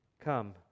come